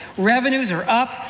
revenues are up,